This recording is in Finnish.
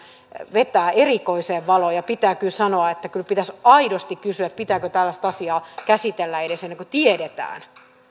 vetää erikoiseen valoon ja pitää sanoa että kyllä pitäisi aidosti kysyä pitääkö tällaista asiaa edes käsitellä ennen kuin tiedetään sitten